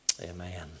Amen